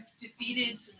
defeated